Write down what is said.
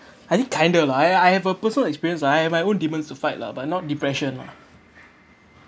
I think kind of lah I I have a personal experience ah I have my own demons to fight lah but not depression lah